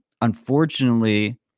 Unfortunately